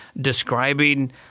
describing